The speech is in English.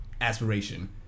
aspiration